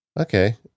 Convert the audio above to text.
Okay